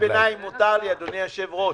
קריאת בינתיים מותר לי, אדוני היושב-ראש.